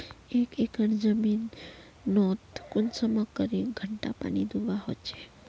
एक एकर जमीन नोत कुंसम करे घंटा पानी दुबा होचए?